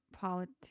Politics